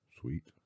Sweet